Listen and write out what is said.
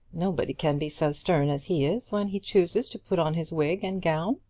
nobody can be so stern as he is when he chooses to put on his wig and gown.